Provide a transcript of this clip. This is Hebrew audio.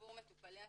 עבור מטופלי הכאב.